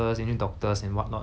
if you tell me